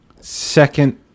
second